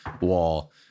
wall